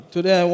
Today